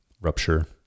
rupture